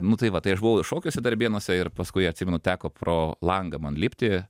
nu tai va tai aš buvau šokiuose darbėnuose ir paskui atsimenu teko pro langą man lipti